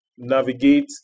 navigate